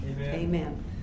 Amen